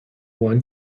one